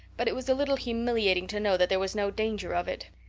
but it was a little humiliating to know that there was no danger of it.